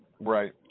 Right